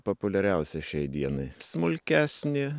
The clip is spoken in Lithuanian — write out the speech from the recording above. populiariausia šiai dienai smulkesnė